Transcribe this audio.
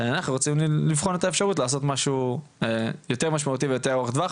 אנחנו רוצים לבחון את האפשרות לעשות משהו יותר משמעותי ויותר ארוך טווח,